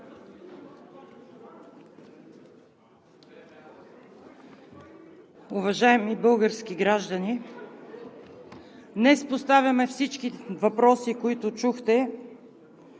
Уважаеми български граждани! Днес поставяме всички въпроси, които чухте,